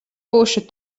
būšu